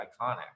iconic